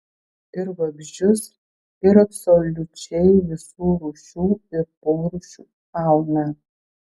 ir vabzdžius ir absoliučiai visų rūšių ir porūšių fauną